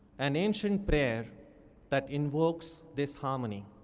an ancient prayer that invokes this harmony.